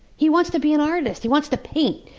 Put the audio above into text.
he wants to be an artist, he wants to paint.